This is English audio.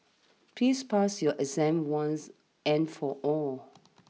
please pass your exam once and for all